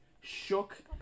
shook